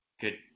good